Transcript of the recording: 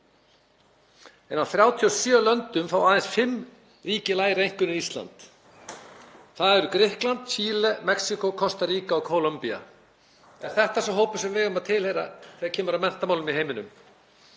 Af 37 löndum fá aðeins fimm ríki lægri einkunn en Ísland. Það eru Grikkland, Chile, Mexíkó, Kostaríka og Kólumbía. Er þetta sá hópur sem við eigum að tilheyra þegar kemur að menntamálum í heiminum?